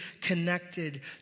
connected